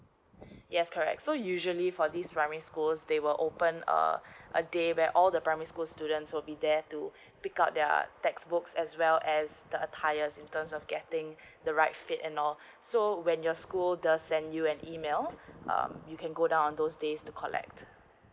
yes correct so usually for this primary schools they will open uh a day where all the primary school students will be there to pick up their textbooks as well as their attires in terms of getting the right fit and all so when your school does send you an email um you can go down on those days to collect